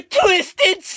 twisted